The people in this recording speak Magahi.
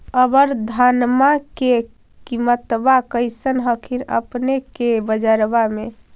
अबर धानमा के किमत्बा कैसन हखिन अपने के बजरबा में?